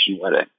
wedding